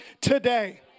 today